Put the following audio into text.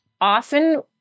Often